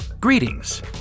Greetings